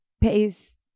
pays